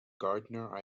gardener